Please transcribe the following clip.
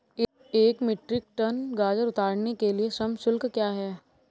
एक metric tonne गाजर उतारने के लिए श्रम शुल्क क्या है?